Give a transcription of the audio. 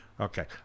Okay